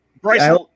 Bryce